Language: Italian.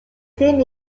temi